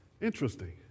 Interesting